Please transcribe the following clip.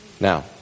Now